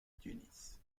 tunis